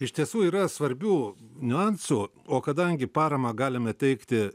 iš tiesų yra svarbių niuansų o kadangi paramą galime teikti